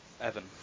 Evan